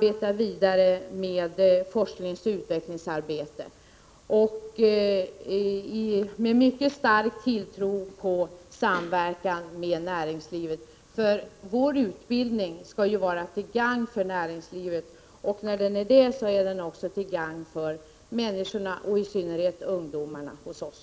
gå vidare med forskningsoch utvecklingsarbete och att man har en mycket stark tilltro till samverkan med näringslivet — vår utbildning skall ju vara till gagn för näringslivet, och när den är det är den också till gagn för människorna, i synnerhet ungdomarna, hos oss.